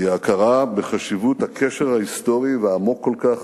ההכרה בחשיבות הקשר ההיסטורי והעמוק כל כך,